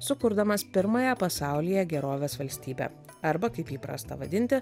sukurdamas pirmąją pasaulyje gerovės valstybę arba kaip įprasta vadinti